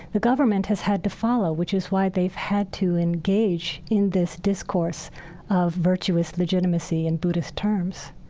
the government has had to follow, which is why they've had to engage in this discourse of virtuous legitimacy in buddhist terms.